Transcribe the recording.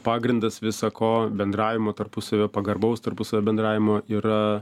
pagrindas visa ko bendravimo tarpusavio pagarbaus tarpusavio bendravimo yra